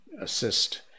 assist